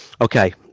okay